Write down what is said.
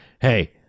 hey